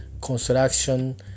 construction